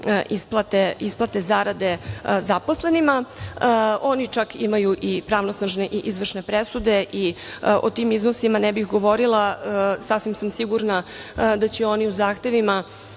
isplate zarade zaposlenima. Oni čak imaju i pravosnažne i izvršne presude i o tim iznosima ne bih govorila, sasvim sam sigurna da će oni u zahtevima